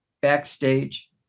backstage